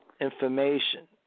information